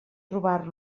trobar